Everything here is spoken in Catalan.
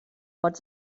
pots